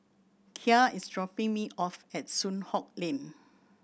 Kya is dropping me off at Soon Hock Lane